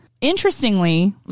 Interestingly